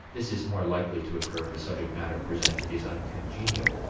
this is more likely to occur if the subject matter presented is uncongenial,